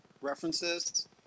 references